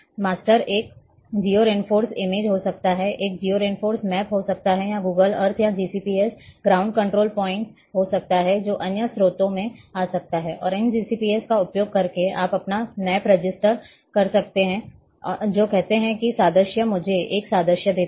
master एक geo reference image हो सकता है एक जियो रेफरेंस मैप हो सकता है या गूगल अर्थ या GCPS ग्राउंड कंट्रोल पॉइंट हो सकता है जो अन्य स्रोतों से आ सकता है और इन GCPS का उपयोग करके आप अपना मैप रजिस्टर करते हैं जो कहते हैं कि सादृश्य मुझे एक सादृश्य देता है